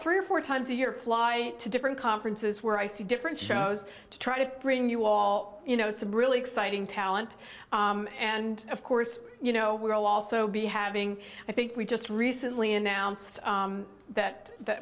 three or four times a year fly to different conferences where i see different shows to try to bring you all you know some really exciting talent and of course you know we'll also be having i think we just recently announced that that